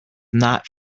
not